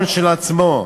מעל הממון שלו עצמו.